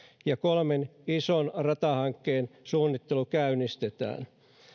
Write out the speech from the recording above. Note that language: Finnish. ja kolmen ison ratahankkeen suunnittelu käynnistetään